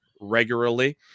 regularly